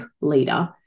leader